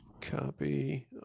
Copy